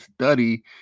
study